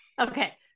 okay